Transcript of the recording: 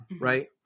right